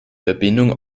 verbindung